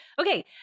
Okay